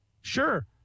Sure